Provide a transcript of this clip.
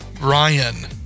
Ryan